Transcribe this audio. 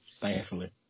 Thankfully